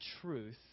truth